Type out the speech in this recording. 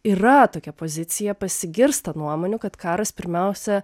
yra tokia pozicija pasigirsta nuomonių kad karas pirmiausia